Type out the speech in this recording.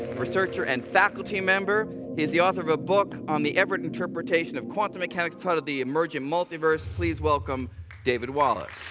researcher, and faculty member. he is the author of a book on the everett interpretation of quantum mechanics titled the emergent multiverse. please welcome david wallace.